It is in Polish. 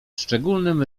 szczególnym